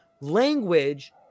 language